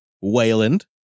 Wayland